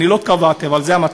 לא קבעתי, אבל זה המצב.